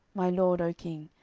my lord, o king,